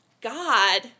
God